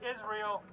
Israel